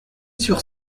sur